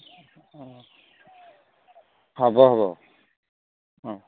অঁ হ'ব হ'ব অ